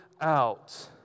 out